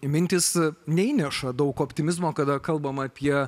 mintys neįneša daug optimizmo kada kalbam apie